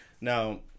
Now